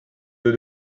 dos